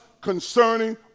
concerning